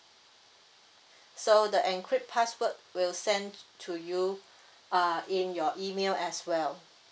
so the encrypt password we'll send to you uh in your email as well